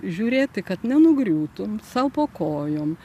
žiūrėti kad nenugriūtų sau po kojom